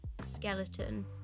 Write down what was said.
skeleton